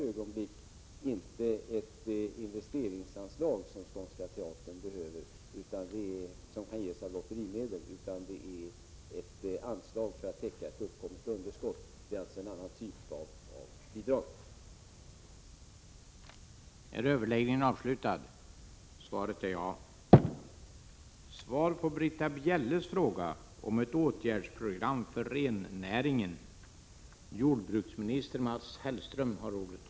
Såvitt jag förstår är det i detta ögonblick inte ett investeringsanslag som Skånska teatern behöver — ett anslag som kan ges av lotterimedel —, utan det är ett anslag för att täcka ett uppkommet underskott. Det är alltså en annan typ av bidrag.